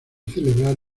celebrar